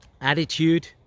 attitude